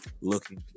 looking